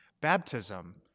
Baptism